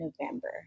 November